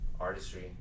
artistry